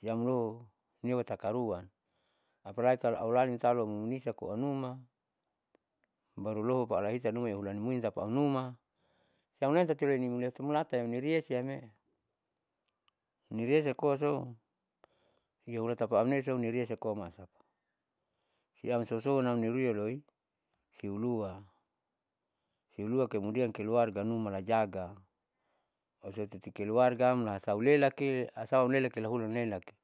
siam loho niua takaruan. Apalai tkalo ulanin talu munisa koanuma baru lohu alahiitapaam numa siam loi tati loi lata nimulata yamrinia siame niresa koasou ihulataamne nira koa maasapa siam sousou nam nirui yaloi siulua siulua kemudian keluarga numa la jaga usatiti keluarga am lahasau lelaki sau lelaki lahulan lelaki.